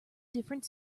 different